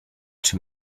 czy